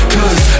Cause